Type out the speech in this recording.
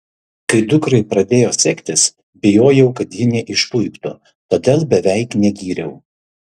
kai dukrai pradėjo sektis bijojau kad ji neišpuiktų todėl beveik negyriau